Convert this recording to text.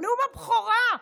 בנאום הבכורה?